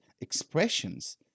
expressions